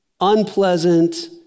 unpleasant